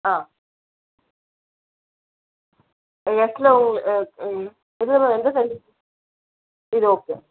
ஆ எக்ஸில் உங்கள் இதில் எந்த சைஸ் இது ஓகே